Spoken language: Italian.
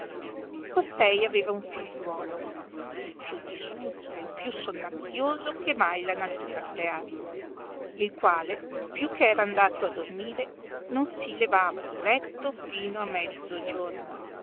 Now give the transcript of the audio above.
costei aveva un figliuolo il più disutile il più sonnacchioso che mai la natura creasse il quale più che era andato a dormire non si levava di letto fino a